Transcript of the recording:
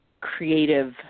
creative